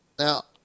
Now